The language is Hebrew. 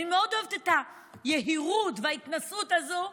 אני מאוד אוהבת את היהירות וההתנשאות הזאת,